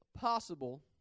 possible